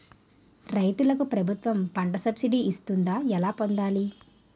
రైతులకు ప్రభుత్వం పంట సబ్సిడీ ఇస్తుందా? ఎలా పొందాలి?